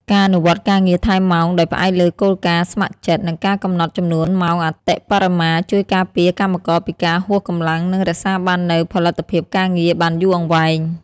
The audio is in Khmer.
ការអនុវត្តការងារថែមម៉ោងដោយផ្អែកលើគោលការណ៍ស្ម័គ្រចិត្ត និងការកំណត់ចំនួនម៉ោងអតិបរមា ជួយការពារកម្មករពីការហួសកម្លាំង និងរក្សាបាននូវផលិតភាពការងារបានយូរអង្វែង។